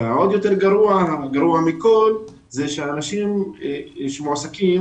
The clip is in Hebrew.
הדבר הגרוע מכול הוא שלאנשים שמועסקים